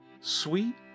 Sweet